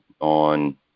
on